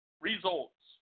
Results